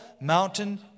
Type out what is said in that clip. mountain